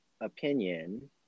opinion